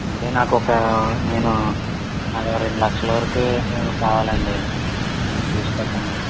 అంటే నాకు ఒక నేను రెండు లక్షల వరకు కావాలి అండి చూసి పెట్టండి